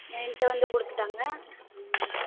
என்ட்ட வந்து கொடுத்துட்டாங்க ம்